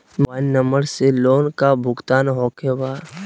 Mobile number से loan का भुगतान होखे बा?